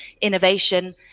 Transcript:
innovation